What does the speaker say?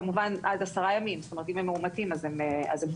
כמובן רק עד עשרה ימים אם הם מאומתים אז הם חולים.